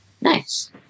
nice